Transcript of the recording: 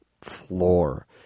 floor